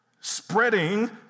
spreading